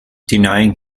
denying